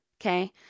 okay